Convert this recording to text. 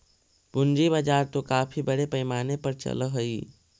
पूंजी बाजार तो काफी बड़े पैमाने पर चलअ हई